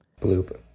bloop